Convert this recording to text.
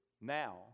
now